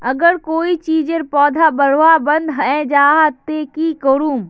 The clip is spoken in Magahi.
अगर कोई चीजेर पौधा बढ़वार बन है जहा ते की करूम?